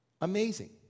Amazing